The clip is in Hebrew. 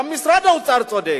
גם משרד האוצר צודק,